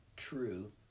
true